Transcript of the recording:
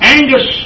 Angus